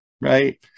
Right